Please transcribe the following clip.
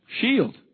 Shield